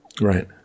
Right